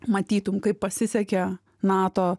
matytum kaip pasisekė nato